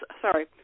sorry